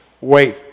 wait